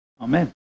Amen